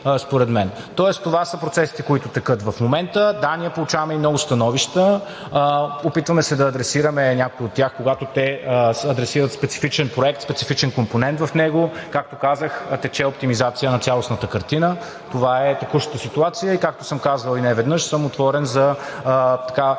Тоест това са процесите, които текат в момента. Да, ние получаваме и много становища. Опитваме се да адресираме някои от тях, когато те адресират специфичен проект, специфичен компонент в него. Както казах, тече оптимизация на цялостната картина – това е текущата ситуация. И както съм казвал неведнъж, съм отворен за